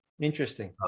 Interesting